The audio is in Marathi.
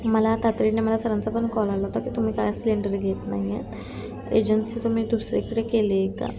मला तातडीने मला सरांचा पण कॉल आला होता की तुम्ही काय सिलेंडर घेत नाही आहेत एजन्सी तुम्ही दुसरीकडे केले का